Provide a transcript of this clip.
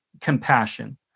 compassion